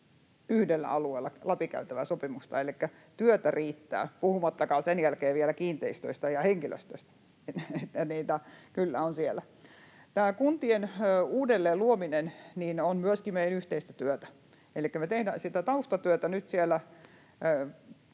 yhdellä alueella 20 000 läpi käytävää sopimusta. Elikkä työtä riittää, puhumattakaan sen jälkeen vielä kiinteistöistä ja henkilöstöstä. Niitä kyllä on siellä. Tämä kuntien uudelleen luominen on myöskin meidän yhteistä työtä. Elikkä me tehdään sitä taustatyötä nyt,